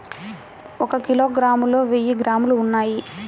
ఒక కిలోగ్రామ్ లో వెయ్యి గ్రాములు ఉన్నాయి